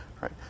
Right